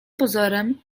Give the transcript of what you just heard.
pozorem